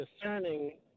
discerning